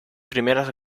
primeras